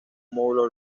módulo